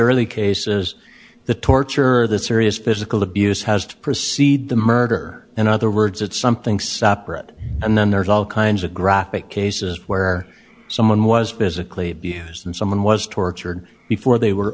early cases the torture or the serious physical abuse has to precede the murder and other words it's something stop it and then there's all kinds of graphic cases where someone was physically abused and someone was tortured before they were